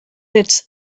its